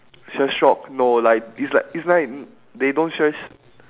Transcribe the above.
trash talk no like it's like it's like they don't thrash